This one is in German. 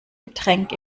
getränk